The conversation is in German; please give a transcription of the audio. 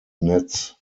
netz